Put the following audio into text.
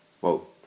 Whoa